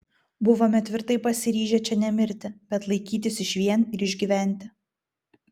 buvome tvirtai pasiryžę čia nemirti bet laikytis išvien ir išgyventi